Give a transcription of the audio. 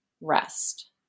rest